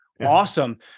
awesome